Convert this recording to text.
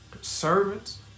Servants